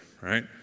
right